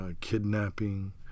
kidnapping